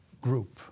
group